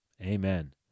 Amen